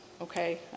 Okay